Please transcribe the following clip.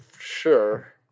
sure